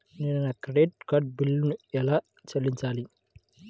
నేను నా credit card బిల్లును ఎలా చెల్లించాలీ?